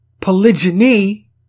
Polygyny